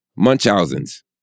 Munchausen's